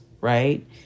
right